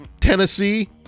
Tennessee